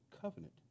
covenant